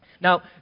Now